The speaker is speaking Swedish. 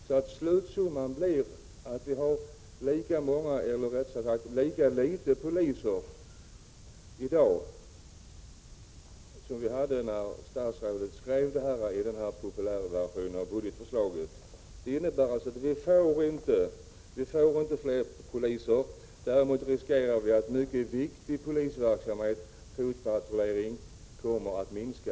Blir inte då slutsumman att vi har lika många eller rättare sagt lika få poliser som vi hade när statsrådet skrev den här populärversionen av budgetförslaget? Vi får inte fler poliser. Däremot riskerar vi att mycket viktig polisverksamhet — fotpatrullering — kommer att minska.